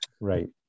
Right